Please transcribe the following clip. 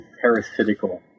parasitical